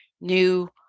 new